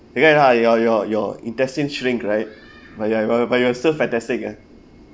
ya lah your your your intestines shrink right but your but you are still fantastic ah